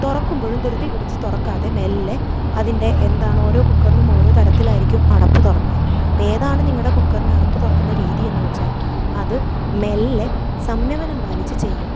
തുറക്കുമ്പോഴും ധൃതി പിടിച്ച് തുറക്കാതെ മെല്ലെ അതിൻ്റെ എന്താണോ ഓരോ കുക്കറിനും ഓരോ തരത്തിലായിരിക്കും അടപ്പ് തുറക്കാ അപ്പം ഏതാണ് നിങ്ങളുടെ കുക്കറിൻ്റെ അടപ്പ് തുറക്കുന്ന രീതി എന്ന് വച്ചാൽ അത് മെല്ലെ സമ്യമനം പാലിച്ച് ചെയ്യുക